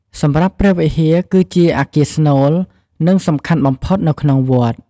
សម្រាប់ព្រះវិហារគឺជាអគារស្នូល និងសំខាន់បំផុតនៅក្នុងវត្ត។